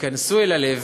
ייכנסו אל הלב,